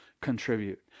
contribute